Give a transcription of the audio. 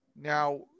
Now